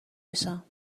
بشم